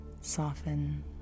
soften